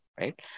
right